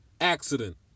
accident